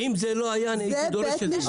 אם זה לא היה, אני הייתי דורש את זה.